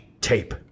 tape